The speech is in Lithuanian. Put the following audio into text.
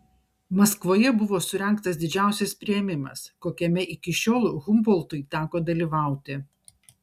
maskvoje buvo surengtas didžiausias priėmimas kokiame iki šiol humboltui teko dalyvauti